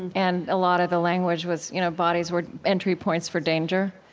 and a lot of the language was you know bodies were entry points for danger.